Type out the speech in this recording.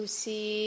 see